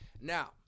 Now